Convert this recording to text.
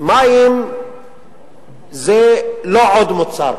מים זה לא עוד מוצר.